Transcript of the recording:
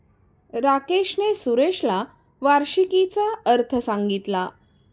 राकेशने सुरेशला वार्षिकीचा अर्थ सांगितला